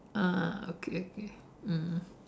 ah okay okay mm